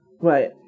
Right